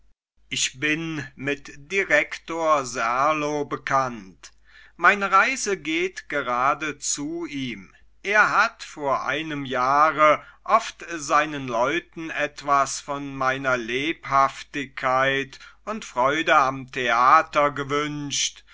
ich bin mit direktor serlo bekannt meine reise geht gerade zu ihm er hat vor einem jahre oft seinen leuten etwas von meiner lebhaftigkeit und freude am theater gewünscht